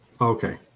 Okay